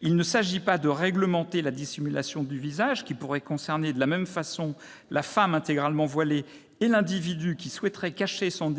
Il s'agit non pas de réglementer la dissimulation du visage, qui pourrait concerner, de la même façon, la femme intégralement voilée et l'individu qui souhaiterait cacher son